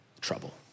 trouble